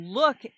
look